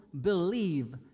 believe